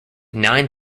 nine